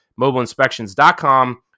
mobileinspections.com